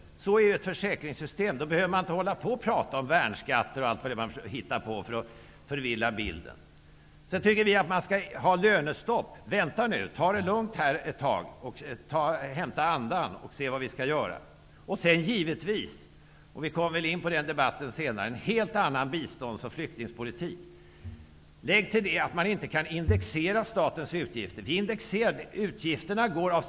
På det viset fungerar ett försäkringssystem. Man behöver då inte hålla på och tala om värnskatt och annat, som man hittar på för att skapa en förvirrad bild. Vi i Ny demokrati tycker också att man bör införa lönestopp. Vänta nu! Tag det lugnt ett tag, hämta andan och lyssna till vad vi vill göra. Givetvis vill Ny demokrati också ha en helt annan bistånds och flyktingpolitik -- vi kommer väl in på den debatten senare. Lägg därtill det här med indexering av statens utgifter.